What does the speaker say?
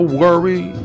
worry